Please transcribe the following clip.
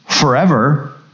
forever